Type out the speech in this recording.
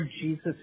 Jesus